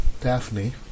Daphne